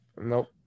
Nope